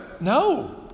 no